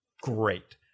great